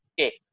Okay